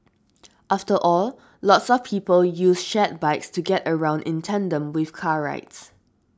after all lots of people use shared bikes to get around in tandem with car rides